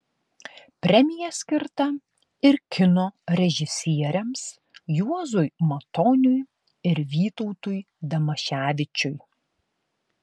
premija skirta ir kino režisieriams juozui matoniui ir vytautui damaševičiui